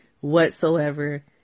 whatsoever